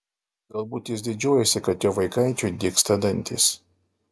galbūt jis didžiuojasi kad jo vaikaičiui dygsta dantys